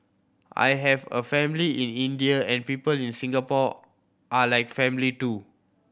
I have a family in India and people in Singapore are like family too